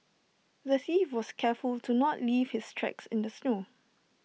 the thief was careful to not leave his tracks in the snow